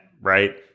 right